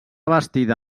bastida